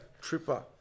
tripper